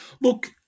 Look